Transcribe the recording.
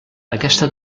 aquesta